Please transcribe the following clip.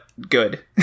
good